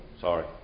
Sorry